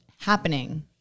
happening